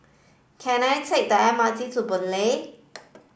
can I take the M R T to Boon Lay